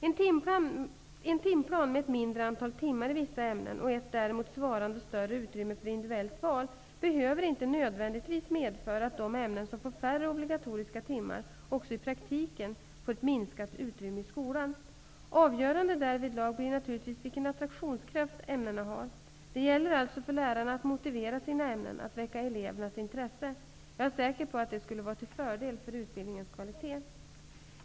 En timplan med ett mindre antal timmar i vissa ämnen och ett däremot svarande större utrymme för ett individuellt val behöver inte nödvändigtvis medföra att de ämnen som får färre obligatoriska timmar också i praktiken får ett minskat utrymme i skolan. Avgörande därvidlag blir naturligtvis vilken attraktionskraft ämnena har. Det gäller alltså för lärarna att motivera sina ämnen, att väcka elevernas intresse. Jag är säker på att det skulle vara till fördel för utbildningens kvalitet.